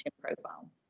profile